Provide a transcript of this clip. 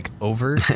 over